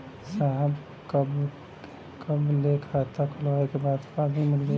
साहब कब ले खाता खोलवाइले के बाद पासबुक मिल जाई?